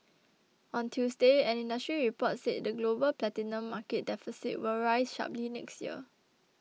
on Tuesday an industry report said the global platinum market deficit will rise sharply next year